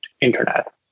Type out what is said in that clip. internet